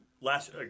last